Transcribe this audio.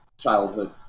childhood